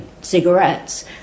cigarettes